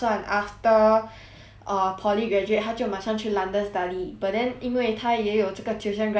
uh poly graduate 他就马上去 london study but then 因为他也有这个 tuition grant 的东西他需要回来